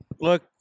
look